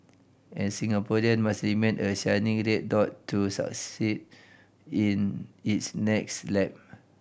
and Singaporean must remain a shining red dot to succeed in its next lap